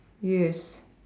yes